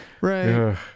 Right